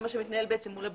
זה מה שמתנהל בעצם מול הבג"צ.